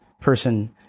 person